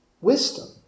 wisdom